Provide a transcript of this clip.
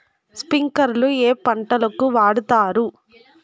స్ప్రింక్లర్లు ఏ పంటలకు వాడుతారు?